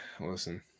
Listen